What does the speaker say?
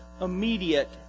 immediate